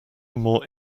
more